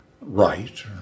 right